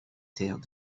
terres